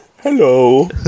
hello